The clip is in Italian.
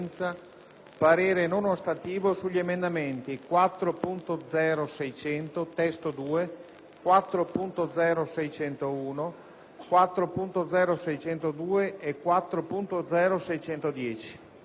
parere non ostativo sugli emendamenti 4.0.600 (testo 2), 4.0.601, 4.0.602 e 4.0.610.